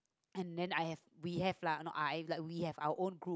and then I have we have lah no I have like we have our own group